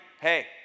Hey